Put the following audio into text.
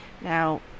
Now